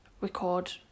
record